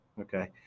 okay